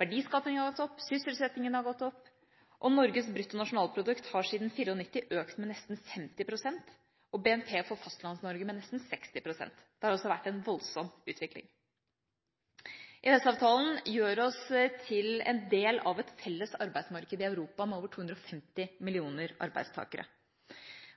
Verdiskapningen har gått opp, sysselsettingen har gått opp, og Norges bruttonasjonalprodukt har siden 1994 økt med nesten 50 pst. og BNP for Fastlands-Norge med nesten 60 pst. Det har altså vært en voldsom utvikling. EØS-avtalen gjør oss til en del av et felles arbeidsmarked i Europa med over 250 millioner arbeidstakere.